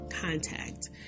contact